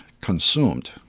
consumed